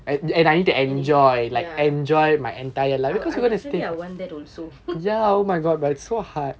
ya I I definitely I want that also